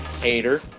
Hater